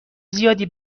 زیادی